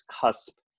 cusp